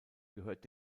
gehört